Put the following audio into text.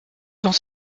dans